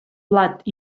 blat